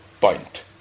point